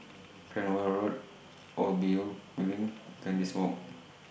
Cranwell Road O B U Building Kandis Walk